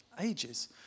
ages